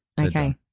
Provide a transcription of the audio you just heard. Okay